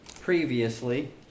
previously